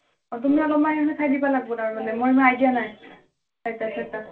অঁ তুমি অলপমান চাই দিব লাগ্বো তাৰ মানে মোৰ ইমান আইডিয়া নাই